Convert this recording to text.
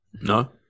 No